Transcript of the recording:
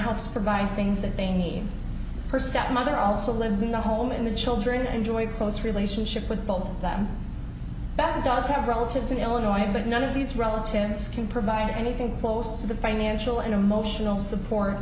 helps provide things that they need her stepmother also lives in the home and the children enjoy a close relationship with bill that bad dogs have relatives in illinois but none of these relatives can provide anything close to the financial and emotional support